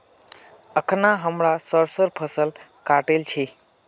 अखना हमरा सरसोंर फसल काटील छि